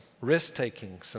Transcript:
risk-taking